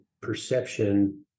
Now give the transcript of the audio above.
perception